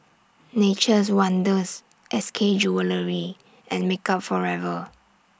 Nature's Wonders S K Jewellery and Makeup Forever